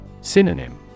Synonym